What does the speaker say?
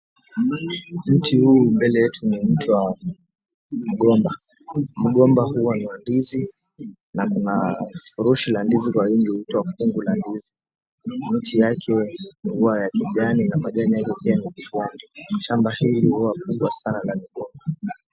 Mti huu mbele yetu ni mti wa mgomba. Mgomba hua na ndizi na kuna furushi la ndizi kwa wingi huitwa mkungu la ndizi miti yake hua ya kijani na majani yake pia ni ya kijani, shamba hili hua kubwa sana na liko